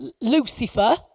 lucifer